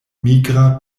migra